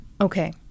Okay